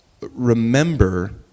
remember